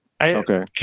Okay